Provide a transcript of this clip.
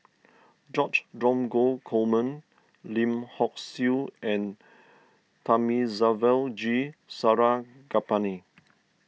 George Dromgold Coleman Lim Hock Siew and Thamizhavel G Sarangapani